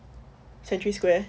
century square